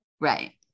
right